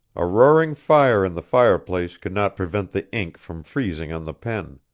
a roaring fire in the fireplace could not prevent the ink from freezing on the pen.